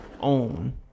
own